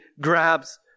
grabs